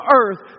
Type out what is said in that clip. earth